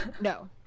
No